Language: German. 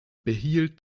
behielt